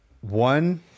one